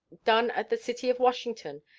done at the city of washington,